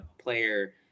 player –